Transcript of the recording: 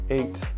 eight